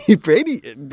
Brady